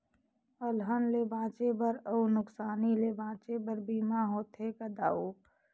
अलहन ले बांचे बर अउ नुकसानी ले बांचे बर बीमा होथे गा दाऊ